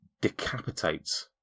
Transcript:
decapitates